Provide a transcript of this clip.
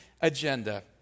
agenda